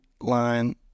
line